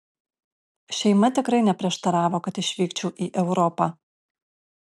šeima tikrai neprieštaravo kad išvykčiau į europą